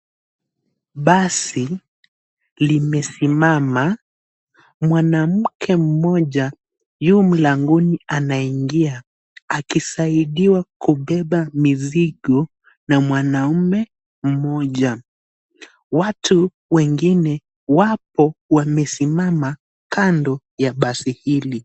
Basi limesimama, mwanamke mmoja yu mlangoni anaaingia akisaidiwa kubeba mizigo na mwanaume mmoja. Watu wengine wapo wamesimama kando ya basi hili.